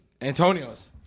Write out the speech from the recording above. Antonio's